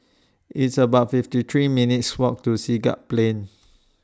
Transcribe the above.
It's about fifty three minutes' Walk to Siglap Plain